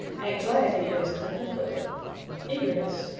anxiety is contemplative eagerness,